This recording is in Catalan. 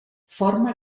forma